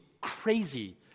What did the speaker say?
crazy